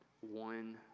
one